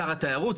שר התיירות,